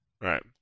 Right